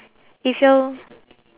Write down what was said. if your